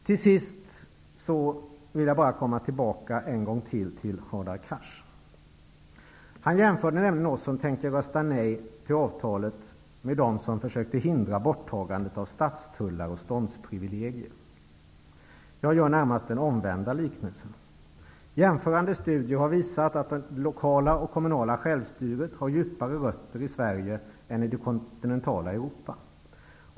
Till sist: Än en gång återkommer jag till Hadar Cars, som jämförde oss som tänker rösta nej till avtalet med dem som försökte hindra borttagandet av statstullar och ståndsprivilegier. Jag gör närmast den omvända liknelsen. Jämförande studier visar nämligen att det lokala och det kommunala självstyret i Sverige har djupare rötter än vad som gäller i det kontinentala Europa.